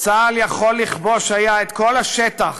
"צה"ל יכול לכבוש היה את כל השטח